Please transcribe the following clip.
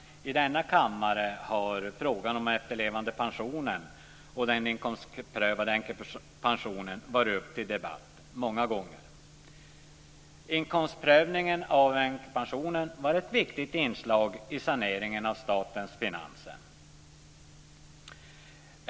I denna kammare har frågan om efterlevandepensionen och den inkomstprövade änkepensionen varit uppe till debatt många gånger. Inkomstprövningen av änkepensionen var ett viktigt inslag i saneringen av statens finanser.